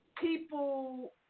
people